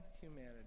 humanity